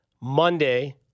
Monday –